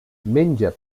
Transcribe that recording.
menja